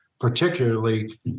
Particularly